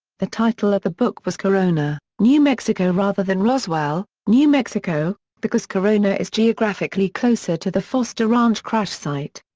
the title of the book was corona, new mexico rather than roswell, new mexico, because corona is geographically closer to the foster ranch crash site.